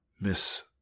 Miss